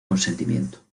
consentimiento